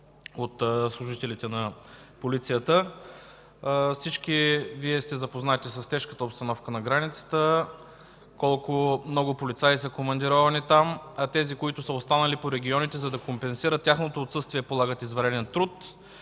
от служителите на полицията. Всички Вие сте запознати с тежката обстановка на границата –колко много полицаи са командировани там, а тези, които са останали по регионите, за да компенсират тяхното отсъствие, полагат извънреден труд.